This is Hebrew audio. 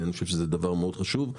ואני חושב שזה דבר מאוד חשוב.